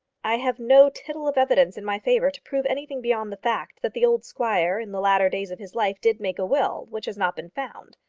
i have no tittle of evidence in my favour to prove anything beyond the fact that the old squire in the latter days of his life did make a will which has not been found.